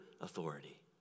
authority